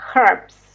herbs